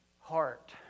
heart